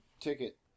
ticket